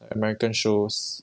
american shows